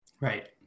Right